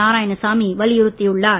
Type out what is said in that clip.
நாராயணசாமி வலியுறுத்தியுள்ளார்